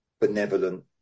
benevolent